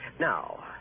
Now